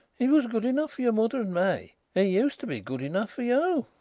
it was good enough for your mother and me. it used to be good enough for you.